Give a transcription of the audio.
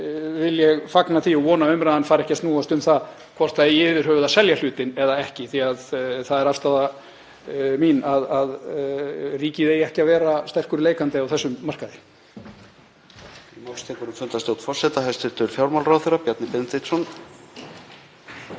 leyti vil ég fagna því og vona að umræðan fari ekki að snúast um það hvort það eigi yfir höfuð að selja hlutinn eða ekki. Það er afstaða mín að ríkið eigi ekki að vera sterkur leikandi á þessum markaði.